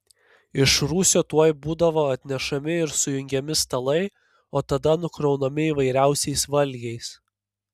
iš rūsio tuoj būdavo atnešami ir sujungiami stalai o tada nukraunami įvairiausiais valgiais